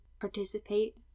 participate